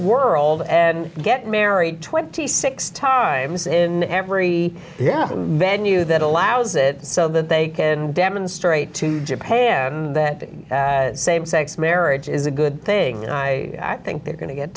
world and get married twenty six times in every yeah venue that allows it so that they can demonstrate to japan that same sex marriage is a good thing and i think they're going to get